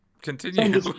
continue